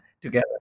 together